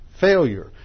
failure